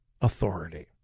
authority